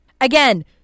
Again